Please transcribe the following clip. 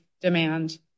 demand